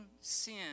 sin